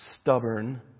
stubborn